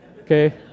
Okay